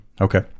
Okay